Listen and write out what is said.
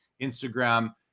Instagram